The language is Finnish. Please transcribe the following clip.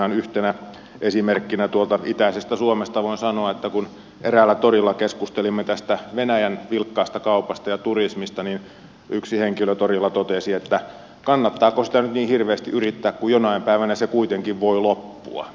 ihan yhtenä esimerkkinä tuolta itäisestä suomesta voin sanoa että kun eräällä torilla keskustelimme tästä venäjän vilkkaasta kaupasta ja turismista niin yksi henkilö torilla totesi että kannattaako sitä nyt niin hirveesti yrittää kun jonain päivänä se kuitenkin voi loppua